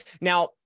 now